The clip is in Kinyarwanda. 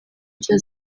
nshya